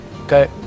Okay